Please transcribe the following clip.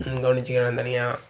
ம் கவனித்துக்குறேண்ண தனியாக